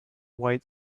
white